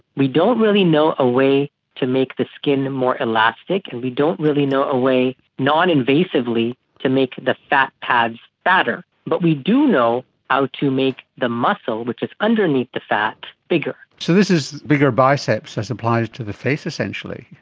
we don't really know a way to make the skin more elastic and we don't really know away noninvasively to make the fat pads fatter, but we do know how to make the muscle which is underneath the fat bigger. so this is bigger biceps as applies to the face, essentially.